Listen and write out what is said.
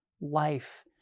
life